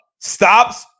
Stops